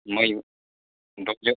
मै दुब्लियाव